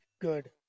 good